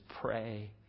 pray